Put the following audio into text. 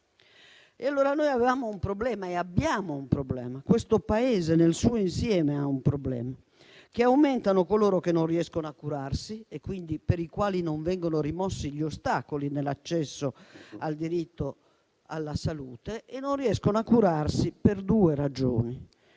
diritti. Avevamo e abbiamo un problema, questo Paese nel suo insieme ha un problema: aumentano coloro che non riescono a curarsi, per i quali non vengono rimossi gli ostacoli nell'accesso al diritto alla salute. Non riescono a curarsi per due ragioni.